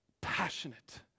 passionate